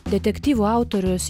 detektyvų autorius